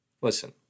Listen